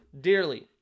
dearly